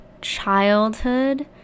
childhood